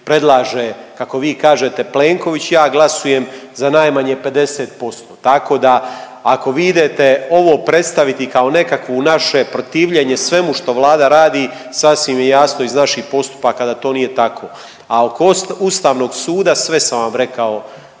predlaže kako vi kažete Plenković ja glasujem za najmanje 50%. Tako da ako vi idete ovo predstaviti kao nekakvo naše protivljenje svemu što Vlada radi sasvim je jasno iz naših postupaka da to nije tako. A oko Ustavnog suda sve sam vam rekao